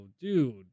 dude